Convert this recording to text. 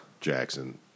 Jackson